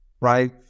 right